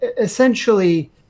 essentially